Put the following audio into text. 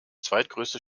zweitgrößte